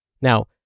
Now